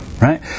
right